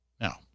Now